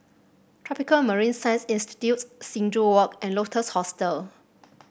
Tropical Marine Science Institute Sing Joo Walk and Lotus Hostel